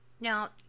now